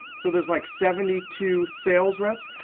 so there's like seventy two sales reps.